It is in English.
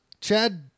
Chad